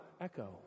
Echo